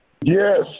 Yes